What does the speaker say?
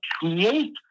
create